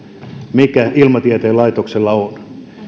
mikä ilmatieteen laitoksella on